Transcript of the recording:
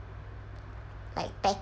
like ta~